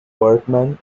workman